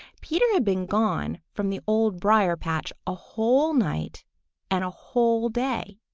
peter had been gone from the old briar-patch a whole night and a whole day.